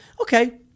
Okay